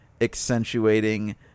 accentuating